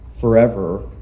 forever